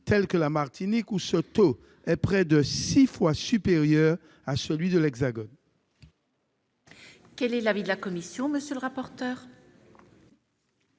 tels que la Martinique, où ce taux est près de six fois supérieur à celui de l'Hexagone. Quel est l'avis de la commission ? Cet amendement